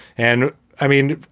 and i mean,